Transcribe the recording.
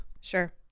Sure